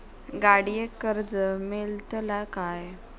गाडयेक कर्ज मेलतला काय?